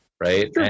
Right